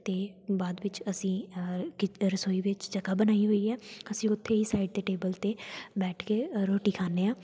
ਅਤੇ ਬਾਅਦ ਵਿੱਚ ਅਸੀਂ ਕਿ ਰਸੋਈ ਵਿੱਚ ਜਗ੍ਹਾ ਬਣਾਈ ਹੋਈ ਹੈ ਅਸੀਂ ਉੱਥੇ ਹੀ ਸਾਈਡ 'ਤੇ ਟੇਬਲ 'ਤੇ ਬੈਠ ਕੇ ਰੋਟੀ ਖਾਂਦੇ ਹਾਂ